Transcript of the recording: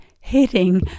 hitting